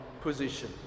position